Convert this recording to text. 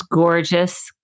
Gorgeous